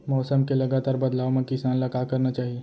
मौसम के लगातार बदलाव मा किसान ला का करना चाही?